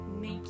make